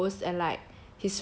very close and like